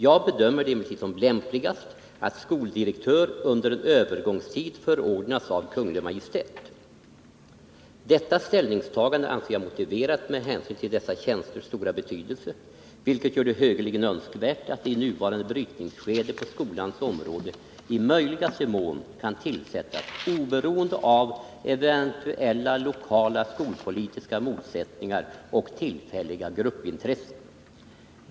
Jag bedömer det emellertid som lämpligast, att skoldirektör under en övergångstid förordnas av Kungl. Maj:t. Detta ställningstagande anser jag motiverat med hänsyn till dessa tjänsters stora betydelse, vilket gör det högeligen önskvärt, att de i nuvarande brytningsskede på skolans område i möjligaste mån kan tillsättas oberoende av eventuella lokala skolpolitiska motsättningar och tillfälliga gruppintressen.